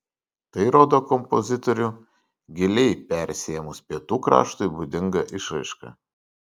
tai rodo kompozitorių giliai persiėmus pietų kraštui būdinga išraiška